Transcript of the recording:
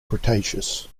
cretaceous